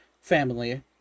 family